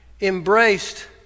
embraced